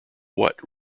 what